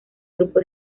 grupo